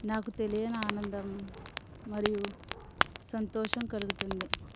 నాకు తెలియని ఆనందం మరియు సంతోషం కలుగుతుంది